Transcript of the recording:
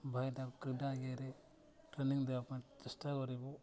training ଦେବା ପାଇଁ ଚେଷ୍ଟା କରିବୁ